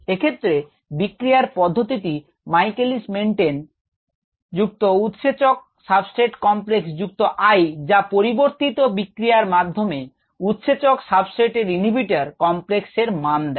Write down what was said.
এক্ষেত্রে বিক্রিয়ার পদ্ধতিটি Michaelis Menten যুক্ত উৎসেচক সাবস্ট্রেট কমপ্লেক্স যুক্ত I যা পরিবর্তিত বিক্রিয়ার মাধ্যমে উৎসেচকসাবস্ট্রেট ইনহিবিটর কমপ্লেক্স এর মান দেয়